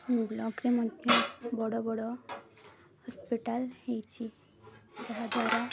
ବ୍ଲକ୍ରେ ମଧ୍ୟ ବଡ଼ ବଡ଼ ହସ୍ପିଟାଲ୍ ହେଇଛି ଯାହାଦ୍ୱାରା